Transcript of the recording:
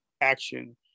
action